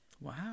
Wow